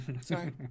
sorry